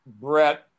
Brett